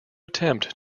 attempt